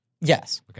Yes